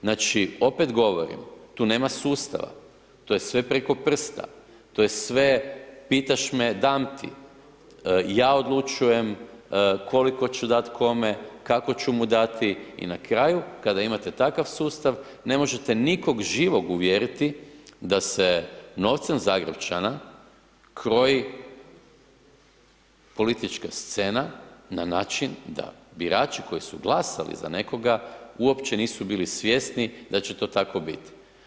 Znači, opet govorim, tu nema sustava, to je sve preko prsta, to je sve pitaš me, dam ti, ja odlučujem koliko ću dati kome, kako ću mu dati i na kraju kada imate takav sustav, ne možete nikog živog uvjeriti da se novcem Zagrepčana kroji politička scena na način da birači koji su glasali za nekoga, uopće nisu bili svjesni da će to tako biti.